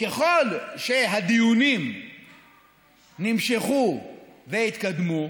ככל שהדיונים נמשכו והתקדמו,